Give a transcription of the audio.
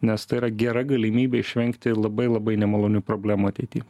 nes tai yra gera galimybė išvengti labai labai nemalonių problemų ateity